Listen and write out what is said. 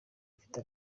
mfite